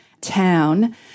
town